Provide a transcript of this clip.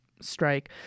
strike